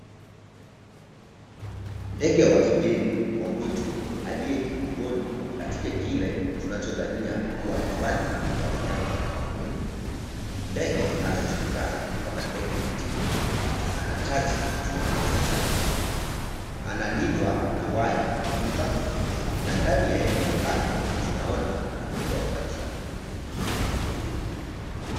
Ndege wa kigeni wa mwitu aliye kifungoni katika kile tunachodhania kuwa hifadhi ya wanyama wa pori. Ndege anajulikana kama ndege katibu na ana taji juu ya kichwa chake. Analindwa na waya wa miba, na ndani ya eneo lake tunaona amepewa maji ya kunywa.